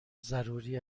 ضروری